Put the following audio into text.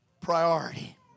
priority